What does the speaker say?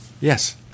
Yes